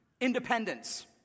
independence